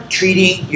treating